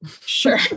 Sure